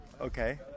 Okay